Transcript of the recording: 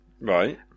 Right